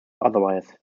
otherwise